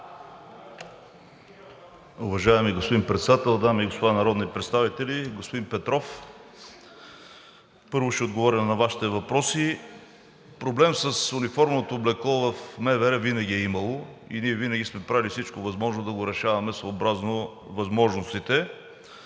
Уважаеми господин Председател, дами и господа народни представители! Господин Петров, първо ще отговоря на Вашите въпроси. Проблемът с униформеното облекло в МВР винаги го е имало и ние винаги сме правили всичко възможно да го решаваме съобразно възможностите.